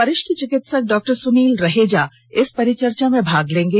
वरिष्ठ चिकित्सक डॉक्टर सुनील रहेजा इस परिचर्चा में भाग लेंगे